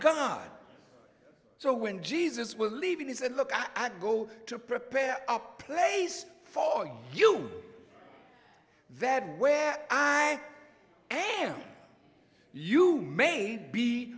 god so when jesus was leaving he said look i go to prepare up place for you that where i am you may be